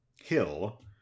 hill